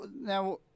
Now